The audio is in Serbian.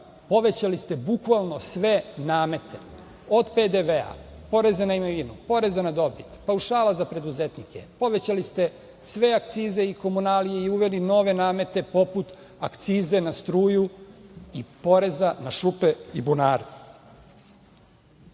povećali ste bukvalno sve namete, od PDV-a, poreza na imovinu, poreza na dobit, paušala za preduzetnike, povećali ste sve akcize i komunalije i uveli nove namete poput akcize na struju i poreza na šupe i bunare. Zbog